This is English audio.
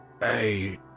Hey